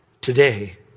Today